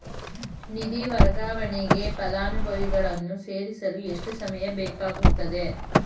ನಿಧಿ ವರ್ಗಾವಣೆಗೆ ಫಲಾನುಭವಿಗಳನ್ನು ಸೇರಿಸಲು ಎಷ್ಟು ಸಮಯ ಬೇಕಾಗುತ್ತದೆ?